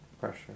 Pressure